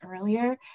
earlier